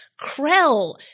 krell